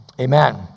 Amen